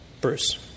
Bruce